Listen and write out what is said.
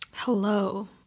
Hello